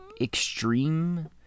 extreme